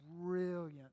brilliant